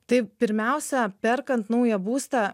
tai pirmiausia perkant naują būstą